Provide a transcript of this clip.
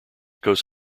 coast